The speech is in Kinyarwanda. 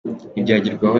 ntibyagerwaho